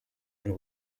and